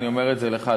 אני אומר את זה לך,